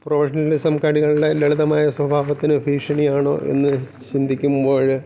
professionalism കളികളിലെ ലളിതമായ സ്വഭാവത്തിന് ഭീഷണി ആണ് എന്ന് ചിന്തിക്കുമ്പോഴ്